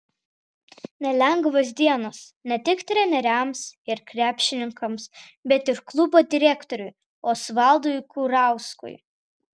nelengvos dienos ne tik treneriams ir krepšininkams bet ir klubo direktoriui osvaldui kurauskui